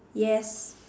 yes